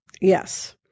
Yes